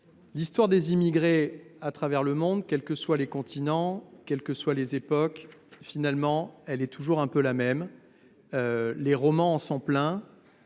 L’histoire des immigrés à travers le monde, quels que soient les continents et quelles que soient les époques, est toujours un peu la même. Les romans et les